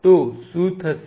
તો શું થશે